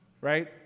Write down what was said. right